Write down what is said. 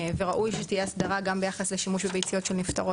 וראוי שתהיה הסדרה גם ביחס לשימוש בביציות של נפטרות.